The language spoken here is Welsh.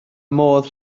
modd